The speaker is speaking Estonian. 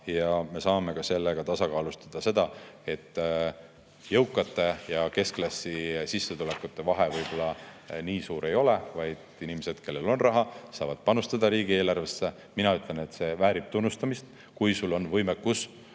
ja me saame sellega tasakaalustada seda, et jõukate ja keskklassi sissetulekute vahe võib-olla nii suur ei ole, vaid inimesed, kellel on raha, saavad panustada riigieelarvesse. Mina ütlen, et see väärib tunnustamist. Kui sul on võimekus